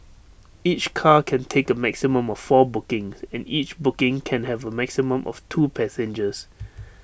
each car can take A maximum of four bookings and each booking can have A maximum of two passengers